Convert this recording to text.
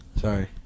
Sorry